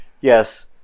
yes